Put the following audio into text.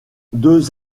deux